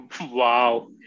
Wow